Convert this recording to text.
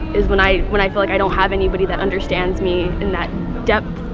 is when i when i feel like i don't have anybody that understands me in that depth.